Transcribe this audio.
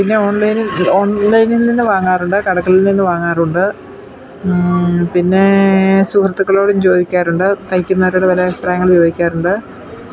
പിന്നെ ഓൺലൈനിൽ ഓൺലൈനിൽ നിന്നു വാങ്ങാറുണ്ട് കടകളിൽ നിന്നു വാങ്ങാറുണ്ട് പിന്നേ സുഹൃത്തുക്കളോടും ചോദിക്കാറുണ്ട് തയ്ക്കുന്നവരോട് വരേ അഭിപ്രായങ്ങൾ ചോദിക്കാറുണ്ട്